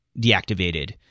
deactivated